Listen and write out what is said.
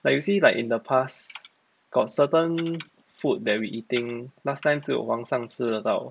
like you see like in the past got certain food that we eating last time 只有皇上吃的到